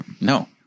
No